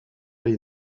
les